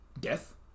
death